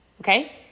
Okay